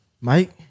Mike